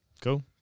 Cool